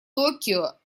токио